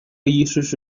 医师